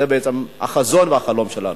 זה בעצם החזון והחלום שלנו.